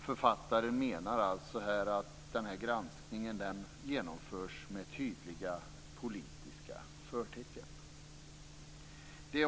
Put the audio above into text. Författaren menar alltså att den här granskningen genomförs med tydliga politiska förtecken.